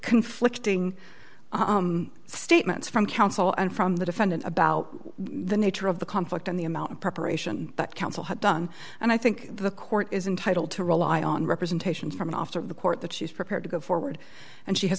conflicting statements from counsel and from the defendant about the nature of the conflict and the amount of preparation that counsel had done and i think the court is entitled to rely on representations from an officer of the court that she's prepared to go forward and she has